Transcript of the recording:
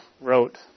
wrote